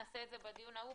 נעשה את זה בדיון ההוא,